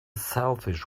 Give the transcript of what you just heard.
selfish